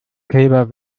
kälber